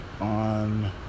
on